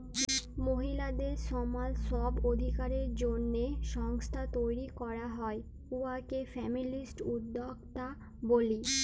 মহিলাদের ছমাল ছব অধিকারের জ্যনহে সংস্থা তৈরি ক্যরা হ্যয় উয়াকে ফেমিলিস্ট উদ্যক্তা ব্যলি